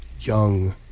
young